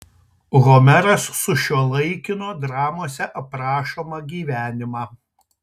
homeras sušiuolaikino dramose aprašomą gyvenimą